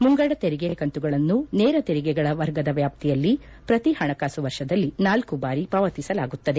ಮುಂಗಡ ತೆರಿಗೆ ಕಂತುಗಳನ್ನು ನೇರ ತೆರಿಗೆಗಳ ವರ್ಗದ ವ್ಯಾಪ್ತಿಯಲ್ಲಿ ಪ್ರತಿ ಹಣಕಾಸು ವರ್ಷದಲ್ಲಿ ನಾಲ್ಲು ಬಾರಿ ಪಾವತಿಸಲಾಗುತ್ತದೆ